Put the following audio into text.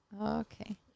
Okay